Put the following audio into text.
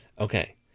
Okay